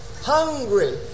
Hungry